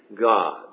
God